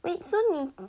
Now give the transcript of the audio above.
wait so 你